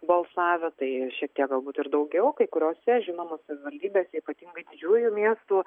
balsavę tai šiek tiek galbūt ir daugiau kai kuriose žinoma savivaldybese ypatingai didžiųjų miestų